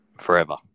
forever